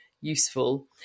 useful